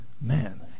man